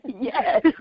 Yes